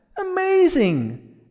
Amazing